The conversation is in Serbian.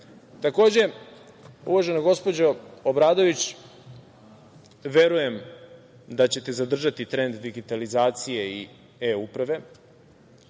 pristup. Takođe, uvažena gospođo Obradović, verujem da ćete zadržati trend digitalizacije i e-uprave,